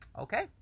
Okay